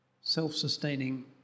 self-sustaining